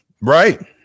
right